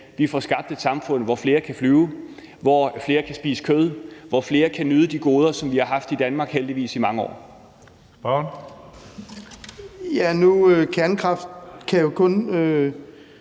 vi får skabt samfund, hvor flere kan flyve, hvor flere kan spise kød, hvor flere kan nyde de goder, som vi heldigvis har haft i Danmark i mange år. Kl. 14:08 Tredje